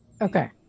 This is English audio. Okay